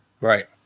right